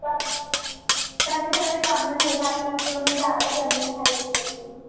तब तभी थोड़े कम में हो जाती तो मैं ज़्यादा ज़मीन ख़रीद लेती